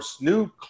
new